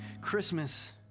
Christmas